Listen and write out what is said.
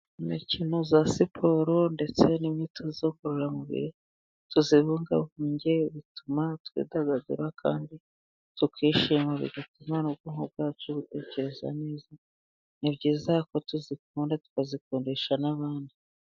Imikino ya siporo ndetse n'imyitozo ngororamubiri, tuyibungabunge bituma twidagadura kandi tukishima, bigatuma n'ubwonko bwacu butekereza neza, ni byiza ko tuyikunda tukayikundisha n'abandi.